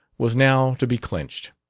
was now to be clinched.